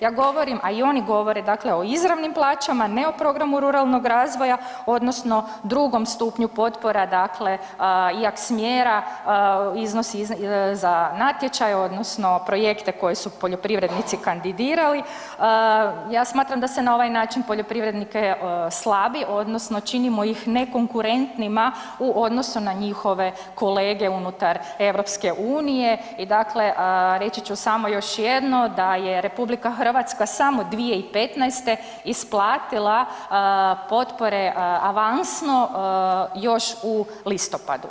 Ja govorim, a i oni govore, dakle o izravnim plaćama, ne o programu ruralnog razvoja, odnosno drugom stupnju potpora, dakle, IAKS mjera iznosi za natječaje odnosno projekte koje su poljoprivrednici kandidirali, ja smatram da se na ovaj način poljoprivrednike slabi, odnosno činimo ih nekonkurentnima u odnosu na njihove kolege unutar EU i dakle, reći ću samo još jedno, da je RH samo 2015. isplatila potpore avansno još u listopadu.